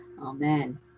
amen